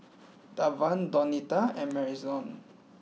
Davian Donita and Marion